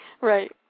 Right